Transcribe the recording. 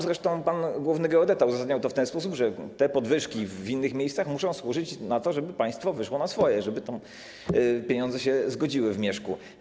Zresztą sam pan główny geodeta uzasadniał to w ten sposób, że te podwyżki w innych miejscach muszą służyć temu, żeby państwo wyszło na swoje, żeby pieniądze zgodziły się w mieszku.